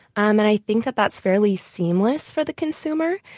and i think that that's fairly seamless for the consumer.